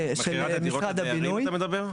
מכירת הדירות לדיירים, אתה מדבר?